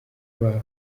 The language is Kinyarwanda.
babo